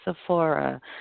Sephora